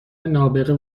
نابغه